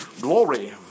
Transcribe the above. Glory